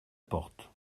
porte